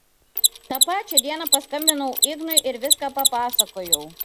tą pačią dieną paskambinau ignui ir viską papasakojau